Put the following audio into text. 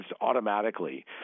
Automatically